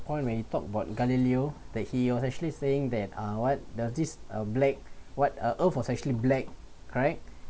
point when you talk about galileo that he was actually saying that uh what does this uh black what uh earth was actually black right